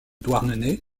douarnenez